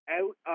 out